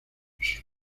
sus